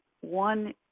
one